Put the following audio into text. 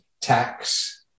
tax